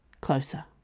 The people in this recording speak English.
closer